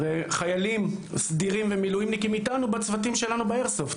הרי חיילים סדירים ומילואימניקים איתנו בצוותים שלנו באיירסופט,